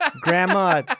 Grandma